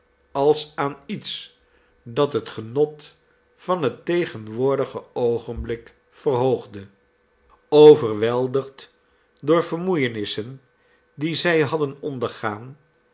als aan iets dat het genot van het tegenwoordige oogenblik verhoogde overweldigd door de vermoeienissen die zij hadden ondergaan